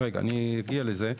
אגיע לזה.